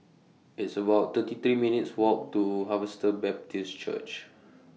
It's about thirty three minutes' Walk to Harvester Baptist Church